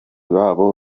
babo